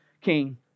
king